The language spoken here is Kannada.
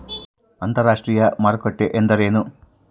ಅಂತರಾಷ್ಟ್ರೇಯ ಮಾರುಕಟ್ಟೆ ಎಂದರೇನು?